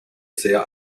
sehr